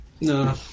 no